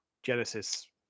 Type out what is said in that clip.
genesis